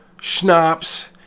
schnapps